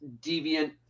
deviant